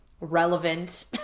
relevant